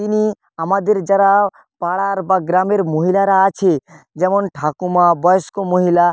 তিনি আমাদের যারাও পাড়ার বা গ্রামের মহিলারা আছে যেমন ঠাকুমা বয়স্ক মহিলা